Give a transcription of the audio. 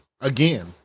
again